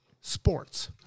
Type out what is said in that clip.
sports